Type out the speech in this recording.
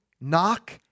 Knock